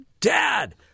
Dad